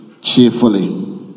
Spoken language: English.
cheerfully